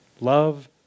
love